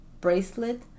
bracelet